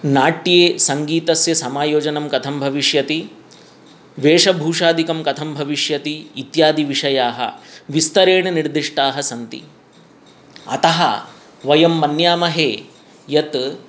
नाट्ये सङ्गीतस्य समायोजनं कथं भविष्यति वेशभूषादिकं कथं भविष्यति इत्यादि विषयाः विस्तरेण निर्दिष्टाः सन्ति अतः वयं मन्यामहे यत्